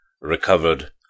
recovered